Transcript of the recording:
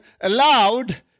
allowed